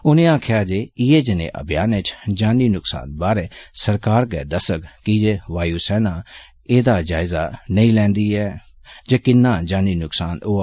उनें आक्खेआ जे इयै जनेह् अभियानें च जानी नुक्सान बारै सरकारै गै दस्सग की जे वायु सेना नुक्सान एह्दा जायजा नेई लैदीऐ ते किन्ना जानी नुक्सान होआ